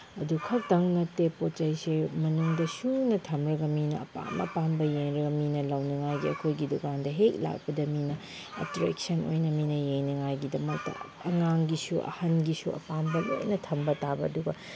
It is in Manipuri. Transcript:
ꯑꯗꯨꯈꯛꯇꯪ ꯅꯠꯇꯦ ꯄꯣꯠ ꯆꯩꯁꯦ ꯃꯅꯨꯡꯗ ꯁꯨꯅ ꯊꯝꯂꯒ ꯃꯤꯅ ꯑꯄꯥꯝ ꯑꯄꯥꯝꯕ ꯌꯦꯡꯂꯒ ꯃꯤꯅ ꯂꯧꯅꯉꯥꯏꯒꯤ ꯑꯩꯈꯣꯏꯒꯤ ꯗꯨꯀꯥꯟꯗ ꯍꯦꯛ ꯂꯥꯛꯄꯗ ꯃꯤꯅ ꯑꯦꯇ꯭ꯔꯦꯛꯁꯟ ꯑꯣꯏꯅ ꯃꯤꯅ ꯌꯦꯡꯅꯉꯥꯏꯒꯤꯗꯃꯛꯇ ꯑꯉꯥꯡꯒꯤꯁꯨ ꯑꯍꯟꯒꯤꯁꯨ ꯑꯄꯥꯝꯕ ꯂꯣꯏꯅ ꯊꯝꯕ ꯇꯥꯕ ꯑꯗꯨꯒ